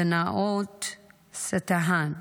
בנאוואת סיאטו,